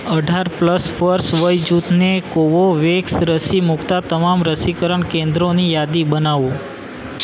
અઢાર પ્લસ વર્ષ વય જૂથને કોવોવેક્સ રસી મૂકતાં તમામ રસીકરણ કેન્દ્રોની યાદી બનાવો